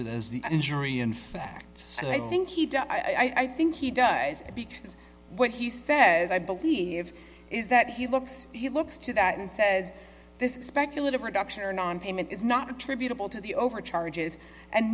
it as the injury in fact so i think he does i think he does because what he says i believe is that he looks he looks to that and says this is speculative reduction or nonpayment is not attributable to the over charges and